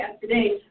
today